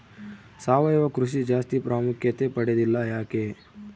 ಸಾವಯವ ಕೃಷಿ ಜಾಸ್ತಿ ಪ್ರಾಮುಖ್ಯತೆ ಪಡೆದಿಲ್ಲ ಯಾಕೆ?